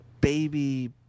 baby